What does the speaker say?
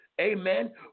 Amen